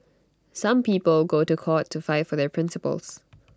some people go to court to fight for their principles